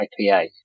IPA